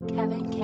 Kevin